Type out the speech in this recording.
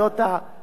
חוק ומשפט,